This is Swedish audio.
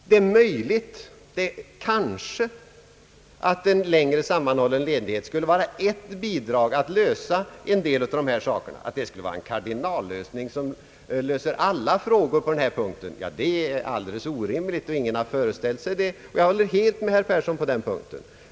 Det är möjligt att en längre och sammanhållen ledighet kanske skulle kunna vara ett bidrag vid lösandet av en del av dessa problem, men att de skulle vara en kardinallösning, som löser alla frågor på denna punkt, är alldeles orimligt att påstå. Ingen har heller föreställt sig det — jag håller helt med herr Persson på denna punkt.